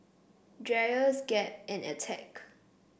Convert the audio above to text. Dreyers Gap and Attack